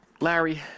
Larry